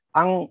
ang